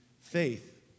Faith